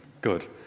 good